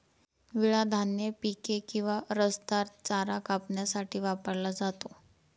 विळा धान्य पिके किंवा रसदार चारा कापण्यासाठी वापरला जातो